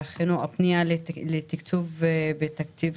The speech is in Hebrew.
בפנייה לתקצוב תקציב